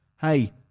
Hey